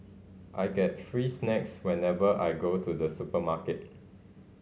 I get free snacks whenever I go to the supermarket